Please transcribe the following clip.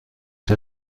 der